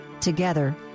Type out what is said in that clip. Together